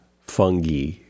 fungi